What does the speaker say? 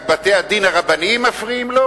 רק בתי-הדין הרבניים מפריעים לו,